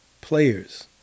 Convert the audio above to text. players